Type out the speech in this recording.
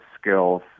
skills